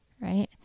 right